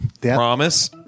promise